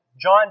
John